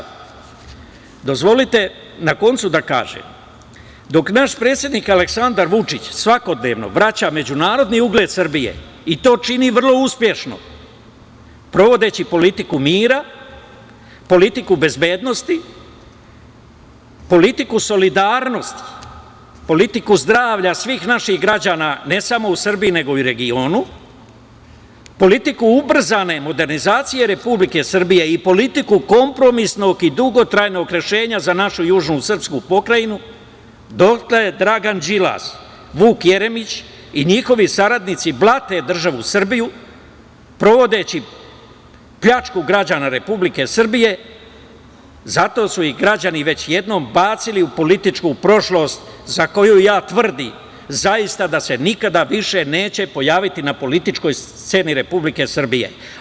Dok naš predsednik Aleksandar Vučić svakodnevno vraća međunarodni ugled Srbije i to čini vrlo uspešno, sprovodeći politiku mira, politiku bezbednosti, politiku solidarnosti, politiku zdravlja svih naših građana, ne samo u Srbiji, nego i u regionu, politiku ubrzane modernizacije Republike Srbije i politiku kompromisnog i dugotrajnog rešenja za našu južnu srpsku pokrajinu, dotle Dragan Đilas, Vuk Jeremić i njihovi saradnici blate državu Srbiju, sprovodeći pljačku građana Republike Srbije i zato su ih građani već jednom bacili u političku prošlost za koju tvrdim da se nikada više neće pojaviti na političkoj sceni Republike Srbije.